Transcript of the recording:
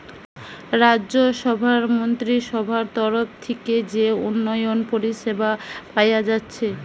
রাজ্যসভার মন্ত্রীসভার তরফ থিকে যে উন্নয়ন পরিষেবা পায়া যাচ্ছে